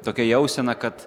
tokia jausena kad